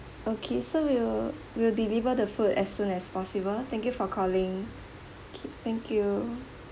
okay so we'll we'll deliver the food as soon as possible thank you for calling okay thank you